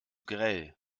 grell